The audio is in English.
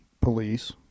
police